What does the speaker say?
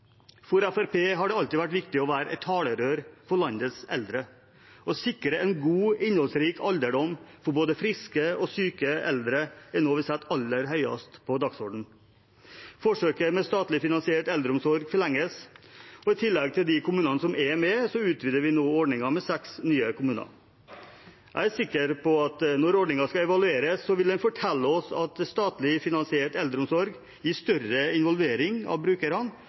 For Fremskrittspartiet har det alltid vært viktig å være et talerør for landets eldre. Å sikre en god, innholdsrik alderdom for både friske og syke eldre er noe av det vi setter aller høyest på dagsordenen. Forsøket med statlig finansiert eldreomsorg forlenges. I tillegg til de kommunene som er med, utvider vi nå ordningen med seks ny kommuner. Jeg er sikker på at når ordningen skal evalueres, vil den fortelle oss at statlig finansiert eldreomsorg gir større involvering av brukerne